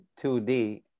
2D